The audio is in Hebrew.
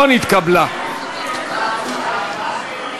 ואז יוחלט האם לאשר אותה או לא לאשר אותה.